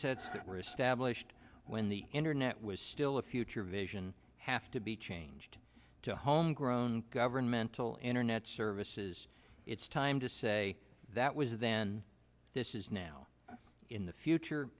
established when the internet was still a future vision have to be changed to home grown governmental internet services it's time to say that was then this is now in the future